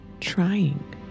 trying